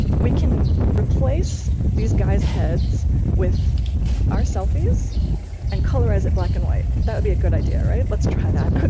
we can replace these guys' heads with our selfies and colorize it black and white. that'll be a good idea, right? let's try that.